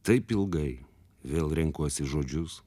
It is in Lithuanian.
taip ilgai vėl renkuosi žodžius